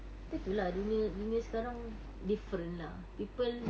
itu lah dunia sekarang different lah people